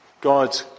God